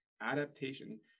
adaptation